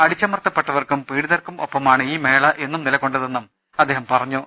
അടിച്ചമർത്തപ്പെട്ടവർക്കും പീഡി തർക്കും ഒപ്പമാണ് ഈ മേള എന്നും നിലകൊണ്ടതെന്നും അദ്ദേഹം പറഞ്ഞു